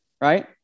right